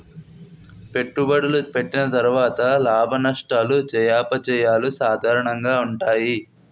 పెట్టుబడులు పెట్టిన తర్వాత లాభనష్టాలు జయాపజయాలు సాధారణంగా ఉంటాయి